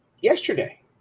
yesterday